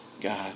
God